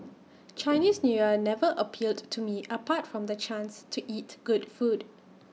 Chinese New Year never appealed to me apart from the chance to eat good food